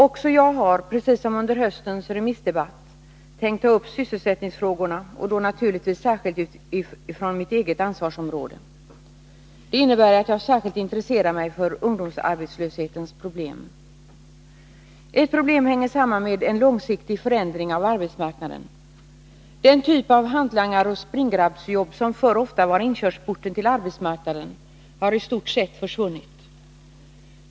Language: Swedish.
Också jag har, precis som under höstens remissdebatt, tänkt ta upp sysselsättningsfrågorna, och då naturligtvis särskilt med utgångspunkt i mitt eget ansvarsområde. Det innebär att jag speciellt intresserar mig för ungdomsarbetslöshetens olika problem. Ett problem sammanhänger med en långsiktig förändring av arbetsmarknaden. Den typ av hantlangaroch springgrabbsjobb som förr ofta var inkörsporten till arbetsmarknaden har i stort sett försvunnit.